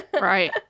right